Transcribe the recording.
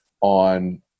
on